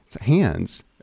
hands